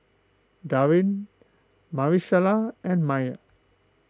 Darin Marisela and Maye